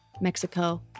Mexico